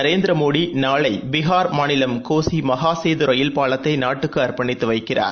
நரேந்திர மோடி நாளை பிகார் மாநிலம் கோசி ரயில் மகாசேது பாலத்தை நாட்டுக்கு அர்ப்பணித்து வைக்கிறார்